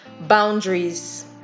boundaries